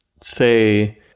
say